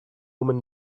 woman